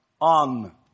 on